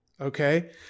Okay